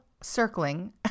circling